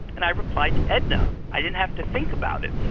and i replied, edna. i didn't have to think about it.